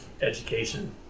education